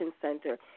center